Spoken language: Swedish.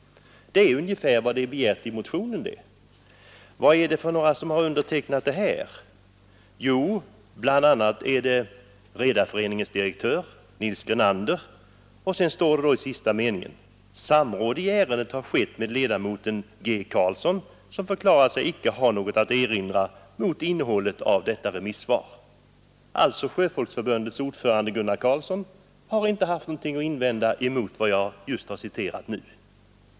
— Det är ungefär vad jag begärt i motionen! Och vilka har undertecknat remissyttrandet? Jo, bl.a. Redareföreningens direktör Nils Grenander. I sista meningen heter det: Samråd i ärendet har skett med ledamoten G. Karlsson, som förklarat sig icke ha något att erinra mot innehållet av detta remissvar. — Sjöfolksförbundets ordförande Gunnar Karlsson har alltså inte haft något att invända mot vad jag nu har återgett!